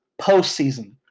postseason